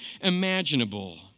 imaginable